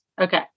okay